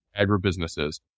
agribusinesses